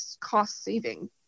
cost-saving